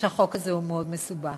שהחוק הזה הוא מאוד מסובך.